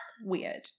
weird